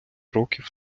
років